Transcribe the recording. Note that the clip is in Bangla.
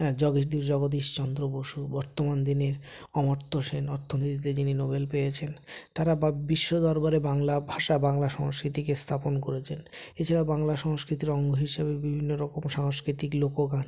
হ্যাঁ জগদীশ চন্দ্র বসু বর্তমান দিনের অমর্ত্য সেন অর্থনীতিতে যিনি নোবেল পেয়েছেন তারা বিশ্ব দরবারে বাংলা ভাষা বাংলা সংস্কৃতিকে স্থাপন করেছেন এছাড়া বাংলা সংস্কৃতির অঙ্গ হিসেবে বিভিন্ন রকম সাংস্কৃতিক লোকগান